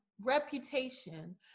reputation